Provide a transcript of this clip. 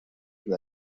from